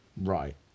Right